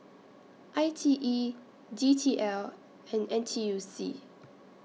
I T E D T L and N T U C